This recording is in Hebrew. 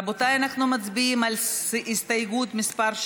רבותיי, אנחנו מצביעים על הסתייגות 17,